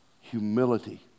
humility